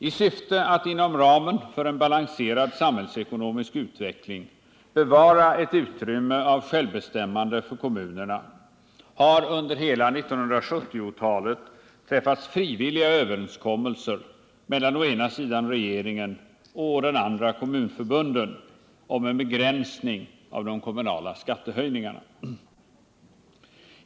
I syfte att inom ramen för en balanserad samhällsekonomisk utveckling bevara ett utrymme av självbestämmande för kommunerna har under hela 1970-talet träffats frivilliga överenskommelser mellan å ena sidan regeringen och å den andra sidan kommunförbunden om en begränsning av de kommunala skattehöjningarna.